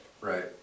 Right